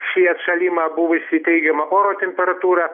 šį atšalimą buvusi teigiama oro temperatūra